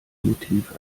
motiv